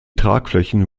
tragflächen